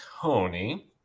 Tony